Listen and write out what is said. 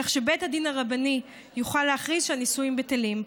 כך שבית הדין הרבני יוכל להכריז שהנישואים בטלים.